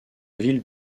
ville